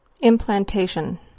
Implantation